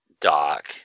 Doc